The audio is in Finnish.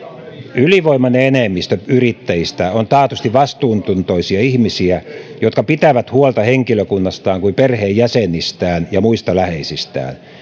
ylivoimainen enemmistö yrittäjistä on taatusti vastuuntuntoisia ihmisiä jotka pitävät huolta henkilökunnastaan kuin perheenjäsenistään ja muista läheisistään